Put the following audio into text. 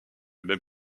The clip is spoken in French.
même